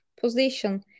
position